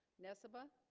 nessebar